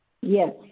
Yes